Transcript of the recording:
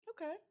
Okay